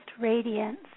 radiance